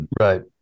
right